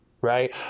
right